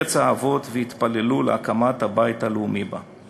לארץ האבות והתפללו להקמת הבית הלאומי בה.